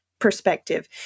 Perspective